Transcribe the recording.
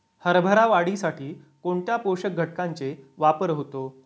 हरभरा वाढीसाठी कोणत्या पोषक घटकांचे वापर होतो?